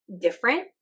different